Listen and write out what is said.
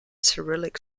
cyrillic